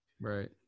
Right